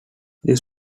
this